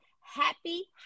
happy